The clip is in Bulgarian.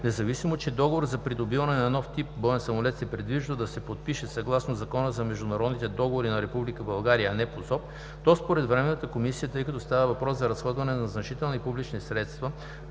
Независимо че договорът за придобиване на нов тип боен самолет се предвижда да се подпише съгласно Закона за международните договори на Република България, а не по ЗОП, то според Временната комисия, тъй като става въпрос за разходване на значителни публични средства,